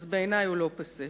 אז בעיני הוא לא פאסה.